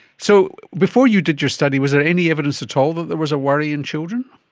so before you did your study, was there any evidence at all that there was a worry in children?